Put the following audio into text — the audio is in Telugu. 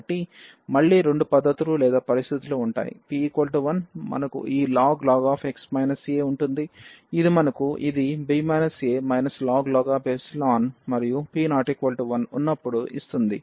కాబట్టి మళ్ళీ రెండు పద్ధతులు లేదా పరిస్థితులు ఉంటాయి p 1 మనకు ఈ ln x a ఉంటుంది ఇది మనకు ఇది b a ln మరియు p ≠ 1 ఉన్నప్పుడు ఇస్తుంది